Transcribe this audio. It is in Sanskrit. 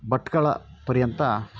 बट्कळ पर्यन्तं